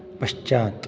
पश्चात्